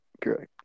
Correct